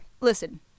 Listen